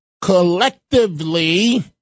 collectively